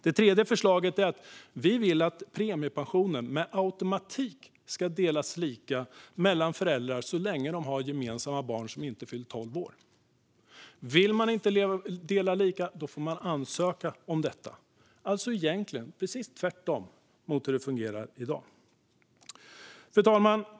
Det tredje förslaget är att vi vill att premiepensionen med automatik ska delas lika mellan föräldrar så länge de har gemensamma barn som inte har fyllt tolv år. Vill man inte dela den lika får man ansöka om detta. Egentligen blir det alltså precis tvärtom mot hur det fungerar i dag. Fru talman!